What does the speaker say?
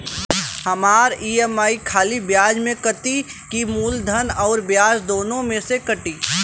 हमार ई.एम.आई खाली ब्याज में कती की मूलधन अउर ब्याज दोनों में से कटी?